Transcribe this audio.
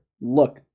Look